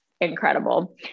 incredible